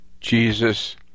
Jesus